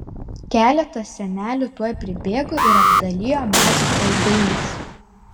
keletas senelių tuoj pribėgo ir apdalijo mažių saldainiais